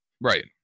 Right